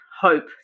hope